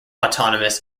autonomous